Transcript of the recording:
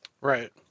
right